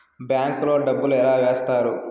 bank లో డబ్బులు ఎలా వేస్తారు